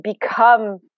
become